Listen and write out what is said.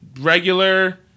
regular